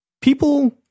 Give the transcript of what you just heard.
People